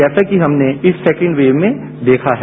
जैसा कि हमने इस सेकेंड वेव में देखा है